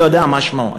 לא יודע מה שמו?